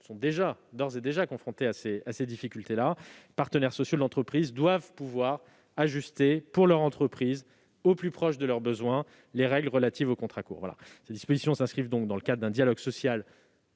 sont d'ores et déjà confrontés à ces difficultés. Les partenaires sociaux doivent pouvoir ajuster, pour leur entreprise, au plus proche de leurs besoins, les règles relatives aux contrats courts. Ces dispositions s'inscrivent donc dans le cadre d'un dialogue social